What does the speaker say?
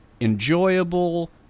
enjoyable